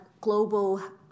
global